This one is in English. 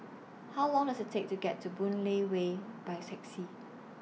How Long Does IT Take to get to Boon Lay Way By Taxi